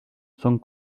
son